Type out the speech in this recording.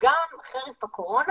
וגם חרף הקורונה